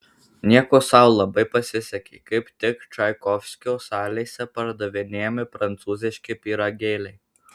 nieko sau labai pasisekė kaip tik čaikovskio salėse pardavinėjami prancūziški pyragėliai